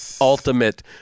ultimate